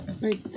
Right